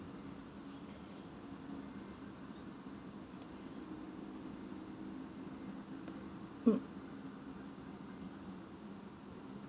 mm